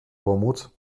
pomóc